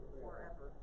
forever